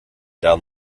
down